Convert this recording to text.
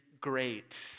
great